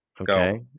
Okay